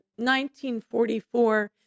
1944